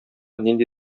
нинди